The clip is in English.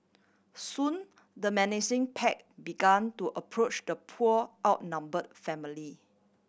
soon the menacing pack began to approach the poor outnumbered family